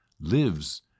lives